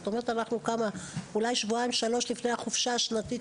אנחנו נמצאים שבועיים או שלושה לפני החופשה השנתית,